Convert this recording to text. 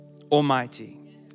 Almighty